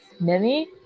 Mimi